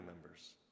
members